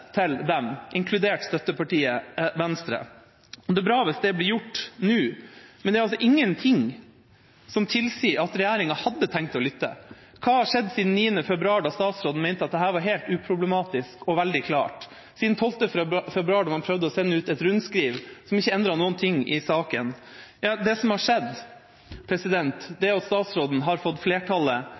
til dem, inkludert støttepartiet Venstre. Det er bra hvis det blir gjort nå, men det er altså ingenting som tilsier at regjeringa har tenkt å lytte. Hva har skjedd siden 9. februar, da statsråden mente at dette var helt uproblematisk og veldig klart, og siden 12. februar, da man prøvde å sende ut et rundskriv som ikke endret noe i saken? Det som har skjedd, er at statsråden har fått flertallet